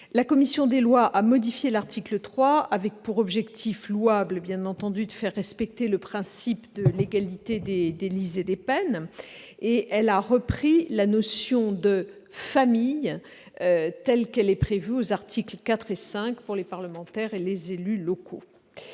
La commission des lois a modifié l'article 3, avec pour objectif louable de faire respecter le principe de légalité des délits et des peines. Elle a repris la notion de « famille » telle qu'elle est prévue aux articles 4 et 5 pour les parlementaires et les élus locaux.